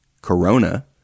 Corona